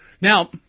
Now